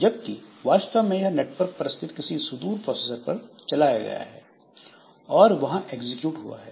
जबकि वास्तव में यह नेटवर्क पर स्थित किसी सुदूर प्रोसेसर पर चला गया है और वहां एग्जीक्यूट हुआ है